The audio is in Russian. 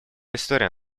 история